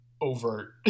overt